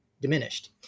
diminished